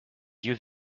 yeux